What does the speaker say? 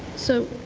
so